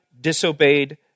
disobeyed